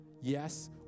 Yes